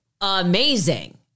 amazing